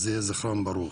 אז יהיה זכרם ברוך.